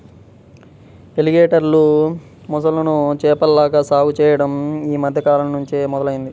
ఎలిగేటర్లు, మొసళ్ళను చేపల్లాగా సాగు చెయ్యడం యీ మద్దె కాలంనుంచే మొదలయ్యింది